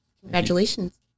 congratulations